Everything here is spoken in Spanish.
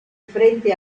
frente